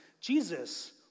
Jesus